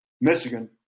Michigan